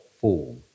form